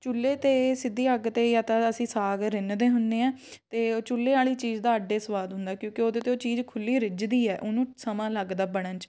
ਚੁੱਲ੍ਹੇ 'ਤੇ ਸਿੱਧੀ ਅੱਗ 'ਤੇ ਜਾਂ ਤਾਂ ਅਸੀਂ ਸਾਗ ਰਿੰਨਦੇ ਹੁੰਦੇ ਹਾਂ ਅਤੇ ਉਹ ਚੁੱਲ੍ਹੇ ਵਾਲੀ ਚੀਜ਼ ਦਾ ਅੱਡ ਏ ਸਵਾਦ ਹੁੰਦਾ ਕਿਉਂਕਿ ਉਹਦੇ 'ਤੇ ਉਹ ਚੀਜ਼ ਖੁੱਲ੍ਹੀ ਰਿੱਝਦੀ ਆ ਉਹਨੂੰ ਸਮਾਂ ਲੱਗਦਾ ਬਣਨ 'ਚ